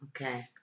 Okay